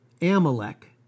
Amalek